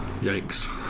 Yikes